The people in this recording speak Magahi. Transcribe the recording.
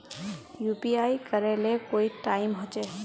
यु.पी.आई करे ले कोई टाइम होचे?